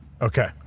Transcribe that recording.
Okay